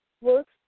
works